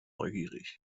neugierig